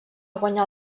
guanyar